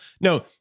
no